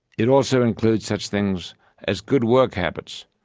it also includes such things as good work habits,